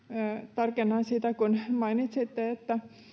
tarkennan sitä kun mainitsitte että